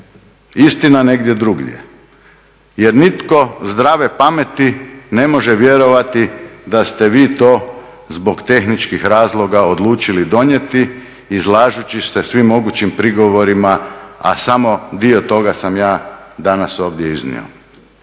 istina negdje drugdje jer nitko zdrave pameti ne može vjerovati da ste vi to zbog tehničkih razloga odlučili donijeti izlažući se svim mogućim prigovorima a samo dio toga sam ja danas ovdje iznio.